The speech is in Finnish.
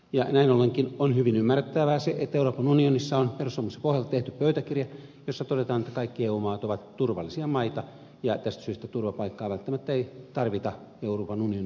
ja näin ollenkin on hyvin ymmärrettävää se että euroopan unionissa on perussopimuksen pohjalta tehty pöytäkirja jossa todetaan että kaikki eu maat ovat turvallisia maita ja tästä syystä turvapaikkaa välttämättä ei tarvita euroopan unionin alueen sisällä